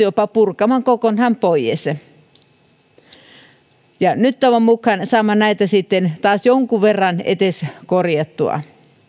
jopa purkamaan kokonaan pois nyt toivon mukaan saamme näitä sitten taas edes jonkun verran korjattua